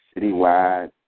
citywide